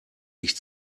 ich